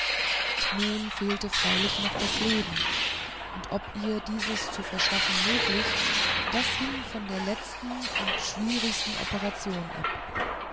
nun fehlte freilich noch das leben und ob ihr dieses zu verschaffen möglich das hing von der letzten und schwierigsten operation ab